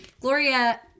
Gloria